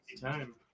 time